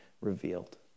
revealed